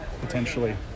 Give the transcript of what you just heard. potentially